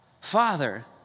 Father